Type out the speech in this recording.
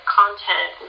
content